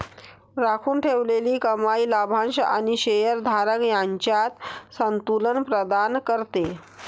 राखून ठेवलेली कमाई लाभांश आणि शेअर धारक यांच्यात संतुलन प्रदान करते